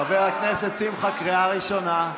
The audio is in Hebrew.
חבר הכנסת שמחה, קריאה ראשונה.